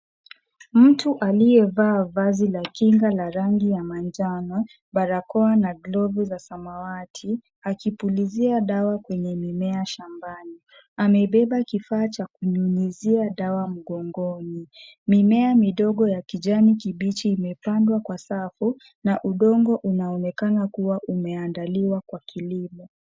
Mtu aliyevaa vazi la kinga la rangi ya manjano, barakoa na glovu za samawati akipulizia dawa kwenye mimea shambani. Ameibeba kifaa cha kunyunyuzia dawa mgongoni. Mimea midogo ya kijani kibichi imepandwa kwa safu na udongo unaonekana kuwa umeandaliwa kwa kilimo.